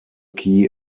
key